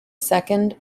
second